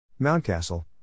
Mountcastle